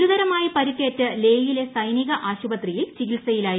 ഗുരുതരമായി പരുക്കേറ്റ് ലെ യിലെ സൈനിക ആശുപ്രതിയിൽ ചികിത്സയിലായിരുന്നു